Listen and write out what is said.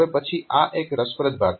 હવે પછી આ એક રસપ્રદ ભાગ છે